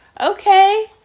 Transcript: Okay